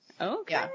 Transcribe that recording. Okay